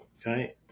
Okay